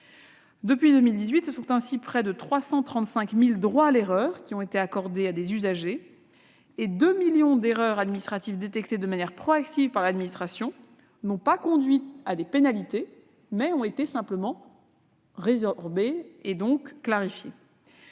depuis 2018, près de 335 000 droits à l'erreur ont été accordés à des usagers et 2 millions d'erreurs administratives détectées de manière proactive par l'administration n'ont pas conduit à des pénalités, mais ont été simplement résorbées, clarifiées.